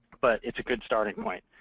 but it's a good starting point.